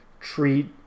treat